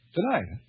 Tonight